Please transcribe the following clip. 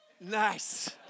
Nice